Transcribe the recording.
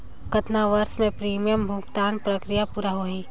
कतना वर्ष मे प्रीमियम भुगतान प्रक्रिया पूरा होही?